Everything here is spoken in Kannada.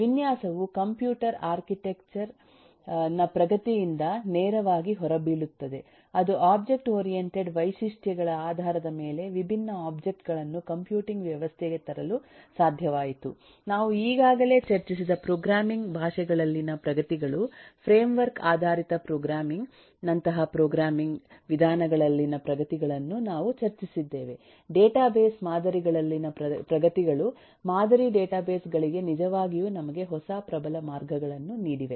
ವಿನ್ಯಾಸವು ಕಂಪ್ಯೂಟರ್ ಆರ್ಕಿಟೆಕ್ಚರ್ ನ ಪ್ರಗತಿಯಿಂದ ನೇರವಾಗಿ ಹೊರಬೀಳುತ್ತದೆ ಅದು ಒಬ್ಜೆಕ್ಟ್ ಓರಿಯೆಂಟೆಡ್ ವೈಶಿಷ್ಟ್ಯಗಳ ಆಧಾರದ ಮೇಲೆ ವಿಭಿನ್ನ ಒಬ್ಜೆಕ್ಟ್ ಗಳನ್ನು ಕಂಪ್ಯೂಟಿಂಗ್ ವ್ಯವಸ್ಥೆಗೆ ತರಲು ಸಾಧ್ಯವಾಯಿತು ನಾವು ಈಗಾಗಲೇ ಚರ್ಚಿಸಿದ ಪ್ರೋಗ್ರಾಮಿಂಗ್ ಭಾಷೆಗಳಲ್ಲಿನ ಪ್ರಗತಿಗಳು ಫ್ರೇಮ್ವರ್ಕ್ ಆಧಾರಿತ ಪ್ರೋಗ್ರಾಮಿಂಗ್ ನಂತಹ ಪ್ರೋಗ್ರಾಮಿಂಗ್ ವಿಧಾನಗಳಲ್ಲಿನ ಪ್ರಗತಿಗಳನ್ನು ನಾವು ಚರ್ಚಿಸಿದ್ದೇವೆ ಡೇಟಾಬೇಸ್ ಮಾದರಿಗಳಲ್ಲಿನ ಪ್ರಗತಿಗಳು ಮಾದರಿ ಡೇಟಾಬೇಸ್ ಗಳಿಗೆ ನಿಜವಾಗಿಯೂ ನಮಗೆ ಹೊಸ ಪ್ರಬಲ ಮಾರ್ಗಗಳನ್ನು ನೀಡಿವೆ